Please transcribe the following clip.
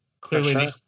clearly